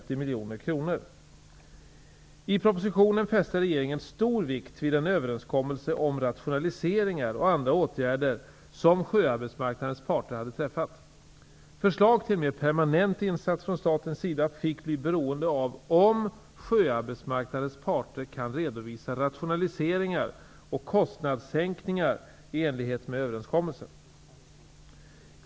I propositionen fäste regeringen stor vikt vid den överenskommelse om rationaliseringar och andra åtgärder som sjöarbetsmarknadens parter hade träffat. Förslag till en mer permanent insats från statens sida fick bli beroende av om sjöarbetsmarknadens parter kan redovisa rationaliseringar och kostnadssänkningar i enlighet med överenskommelsen.